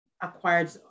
acquired